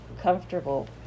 comfortable